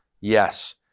Yes